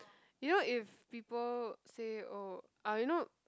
you know if people say oh uh you know